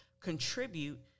contribute